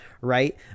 right